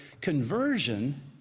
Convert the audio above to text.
conversion